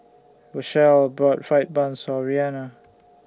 Rachelle bought Fried Bun So Reanna